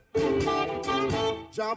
jump